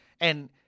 And-